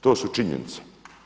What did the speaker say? To su činjenice.